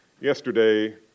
Yesterday